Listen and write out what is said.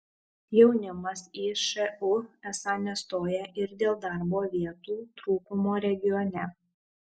jaunimas į šu esą nestoja ir dėl darbo vietų trūkumo regione